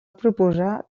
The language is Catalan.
proposar